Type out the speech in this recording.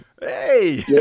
Hey